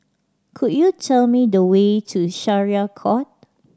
could you tell me the way to Syariah Court